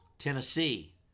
Tennessee